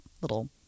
little